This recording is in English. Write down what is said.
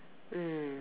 mm